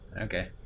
Okay